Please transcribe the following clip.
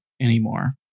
anymore